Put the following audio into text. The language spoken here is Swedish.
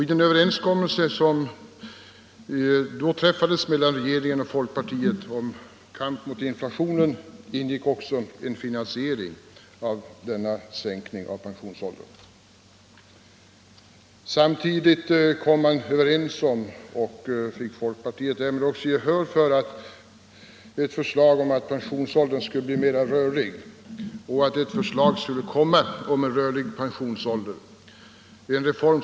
I den överenskommelse som träffades mellan regeringen och folkpartiet om kamp mot inflationen ingick också en finansiering av denna sänkning av pensionsåldern. Samtidigt kom man överens om —- detta fick folkpartiet gehör för — att pensionsåldern skulle bli mera rörlig och att ett förslag om rörlig pensionsålder skulle läggas fram.